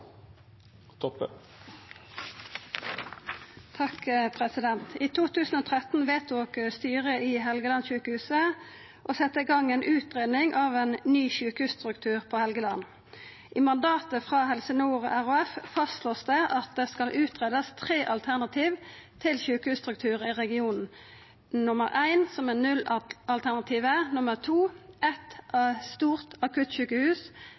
siden 1997. I 2013 vedtok styret i Helgelandssjukehuset å setja i gang ei utgreiing av ein ny sjukehusstruktur på Helgeland. I mandatet frå Helse Nord RHF vert det slått fast at det skal utgreiast tre alternativ til sjukehusstruktur i regionen – alt. 1: nullalternativet, alt. 2: eitt stort akuttsjukehus